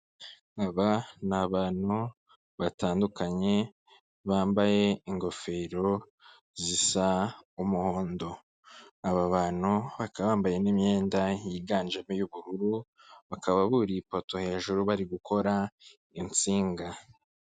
Aba ni abantu batandukanye, bambaye ingofero zisa umuhondo, aba bantu, bakaba bambaye n'imyenda, yiganjemo iy'ubururu, bakaba buriye ipoto hejuru, bari gukora insinga.